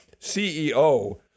CEO